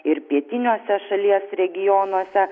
ir pietiniuose šalies regionuose